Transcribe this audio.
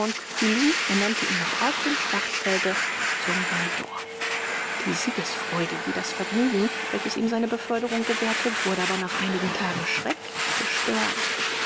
ernannte ihn noch auf dem schlachtfelde zum major die siegesfreude wie das vergnügen welches ihm seine beförderung gewährte wurde aber nach einigen tagen schrecklich gestört